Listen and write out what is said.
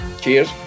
cheers